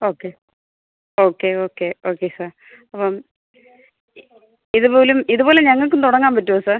okay okay okay okay sir അപ്പോള് ഇത് പോലും ഇതുപോലെ ഞങ്ങള്ക്കും തുടങ്ങാന് പറ്റുമോ സാർ